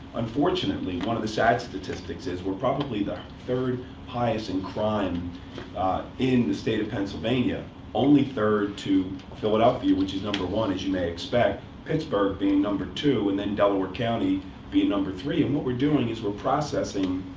unfortunately, one of the sad statistics is, we're probably the third highest in crime in the state of pennsylvania only third to philadelphia, which is number one, as you may expect pittsburgh being number two and then delaware county being number three. and what we're doing is, we're processing